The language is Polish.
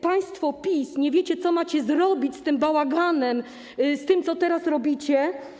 Państwo z PiS nie wiecie, co macie zrobić z tym bałaganem, z tym, co teraz robicie.